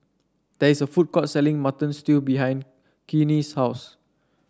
there is a food court selling Mutton Stew behind Queenie's house